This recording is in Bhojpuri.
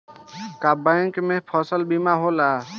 का बैंक में से फसल बीमा भी होला?